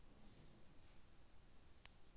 एक एकड़ म कतेक किलोग्राम यूरिया डाले जा सकत हे?